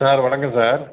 sir வணக்கம் sir